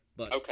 Okay